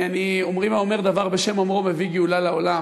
אומרים: האומר דבר בשם אומרו מביא גאולה לעולם.